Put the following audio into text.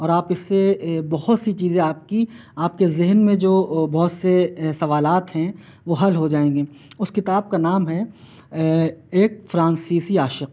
اور آپ اِس سے بہت سی چیزیں آپ کی آپ کے ذہن میں جو بہت سے سوالات ہیں وہ حل ہو جائیں گے اُس کتاب کا نام ہے ایک فرانسی عاشق